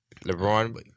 LeBron